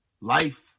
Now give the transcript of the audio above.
life